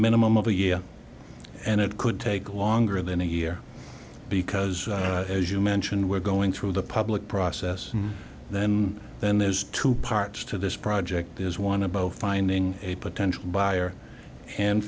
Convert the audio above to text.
minimum of a year and it could take longer than a year because as you mentioned we're going through the public process and then then there's two parts to this project is one about finding a potential buyer and